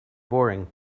boring